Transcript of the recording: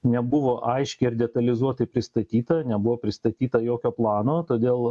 nebuvo aiški ir detalizuotai pristatyta nebuvo pristatyta jokio plano todėl